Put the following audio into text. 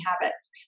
Habits